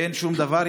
אין שום דבר,